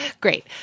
great